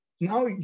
now